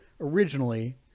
originally